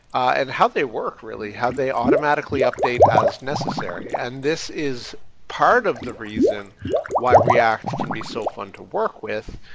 and how they work, really, how they automatically update as necessary. and this is part of the reason why react can be so fun to work with,